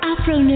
Afro